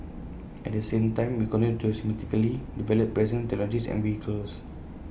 at the same time we continue to systematically develop present technologies and vehicles